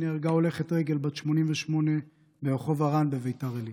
נהרגה הולכת רגל בת 88 ברחוב הר"ן בביתר עילית.